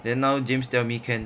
then now james tell me can